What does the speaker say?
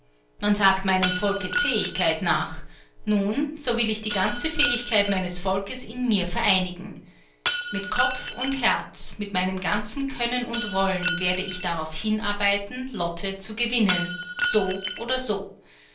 man sagt meinem volke zähigkeit nach nun so will ich die ganze fähigkeit meines volkes in mir vereinigen mit kopf und herz mit meinem ganzen können und wollen werde ich darauf hinarbeiten lotte zu gewinnen so oder so